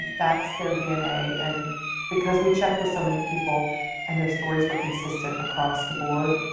that's their dna. and because we checked with so many people and their stories were consistent across the board,